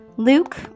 Luke